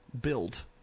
built